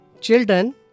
Children